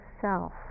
self